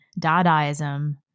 Dadaism